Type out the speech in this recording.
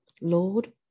Lord